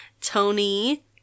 Tony